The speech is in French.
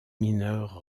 mineurs